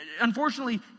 unfortunately